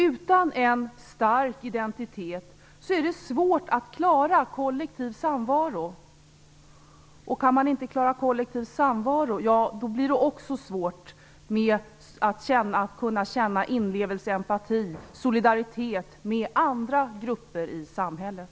Utan en stark identitet är det svårt att klara kollektiv samvaro. Kan man inte klara kollektiv samvaro blir det också svårt att kunna känna inlevelse, empati och solidaritet med andra grupper i samhället.